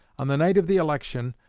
on the night of the election,